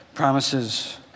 Promises